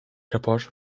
rapor